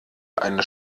eine